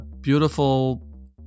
beautiful